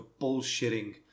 bullshitting